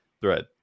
Thread